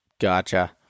gotcha